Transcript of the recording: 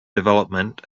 development